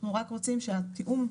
אנחנו רק רוצים שהתיחום,